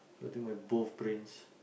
I think my both brains